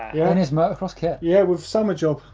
yeah and his motocross kit? yeah, with summer job,